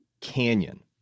canyon